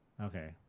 Okay